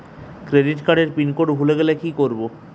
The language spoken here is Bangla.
ক্রেডিট কার্ডের পিনকোড ভুলে গেলে কি করব?